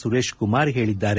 ಸುರೇಶ್ಕುಮಾರ್ ಹೇಳಿದ್ದಾರೆ